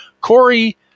Corey